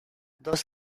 dos